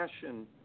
passion